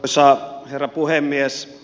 arvoisa herra puhemies